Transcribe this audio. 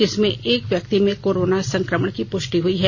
जिसमें एक व्यक्ति में कोरोना संक्रमण की पुष्टि हुई है